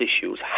issues